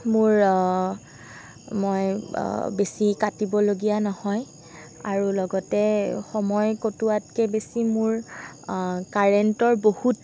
মোৰ মই বেছি কাটিবলগীয়া নহয় আৰু লগতে সময় কটোৱাতকৈ বেছি মোৰ কাৰেণ্টৰ বহুত